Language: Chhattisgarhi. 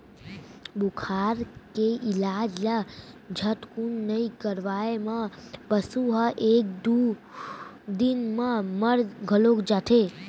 बुखार के इलाज ल झटकुन नइ करवाए म पसु ह एक दू दिन म मर घलौ जाथे